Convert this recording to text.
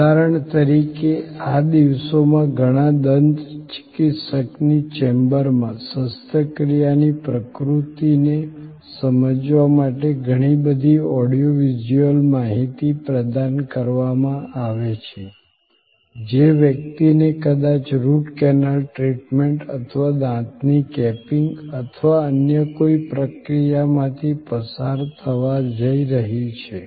ઉદાહરણ તરીકે આ દિવસોમાં ઘણા દંત ચિકિત્સકની ચેમ્બરમાં શસ્ત્રક્રિયાની પ્રકૃતિને સમજાવવા માટે ઘણી બધી ઑડિયો વિઝ્યુઅલ માહિતી પ્રદાન કરવામાં આવે છે જે વ્યકિતને કદાચ રૂટ કેનાલ ટ્રીટમેન્ટ અથવા દાંતની કેપિંગ અથવા અન્ય કોઈ પ્રક્રિયામાંથી પસાર થવા જઈ રહી છે